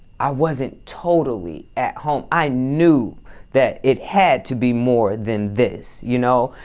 i wasn't totally at home. i knew that it had to be more than this. you know?